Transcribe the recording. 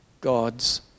God's